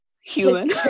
Human